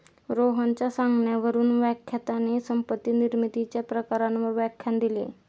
रोहनच्या सांगण्यावरून व्याख्यात्याने संपत्ती निर्मितीच्या प्रकारांवर व्याख्यान दिले